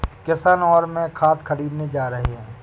किशन और मैं खाद खरीदने जा रहे हैं